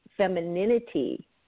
femininity